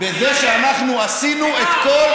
בזה שאנחנו עשינו את כל,